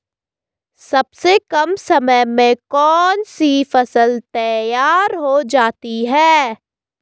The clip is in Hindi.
सबसे कम समय में कौन सी फसल तैयार हो जाती है?